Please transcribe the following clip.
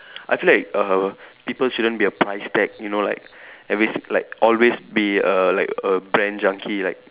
I feel like err people shouldn't be a price tag you know like every si like always be err like a brand junkie like